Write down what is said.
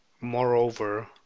Moreover